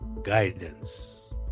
Guidance